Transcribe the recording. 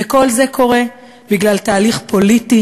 וכל זה קורה בגלל תהליך פוליטי